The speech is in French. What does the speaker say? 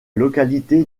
localité